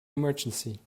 emergency